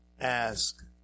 ask